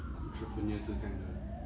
entrepreneur 是这样的